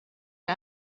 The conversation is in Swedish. jag